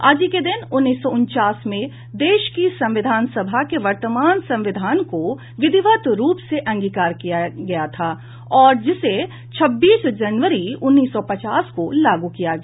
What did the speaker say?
आज ही के दिन उन्नीस सौ उनचास में देश की संविधान सभा ने वर्तमान संविधान को विधिवत रूप से अंगीकार किया था और जिसे छब्बीस जनवरी उन्नीस सौ पचास को लागू किया गया